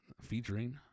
featuring